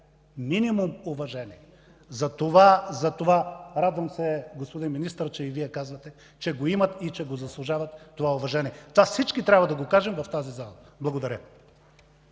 Найденов. АНГЕЛ НАЙДЕНОВ: Радвам се, господин Министър, че и Вие казвате, че го имат и че заслужават това уважение. Това всички трябва да го кажем в тази зала. Благодаря.